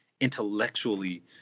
intellectually